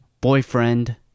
boyfriend